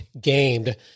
Gamed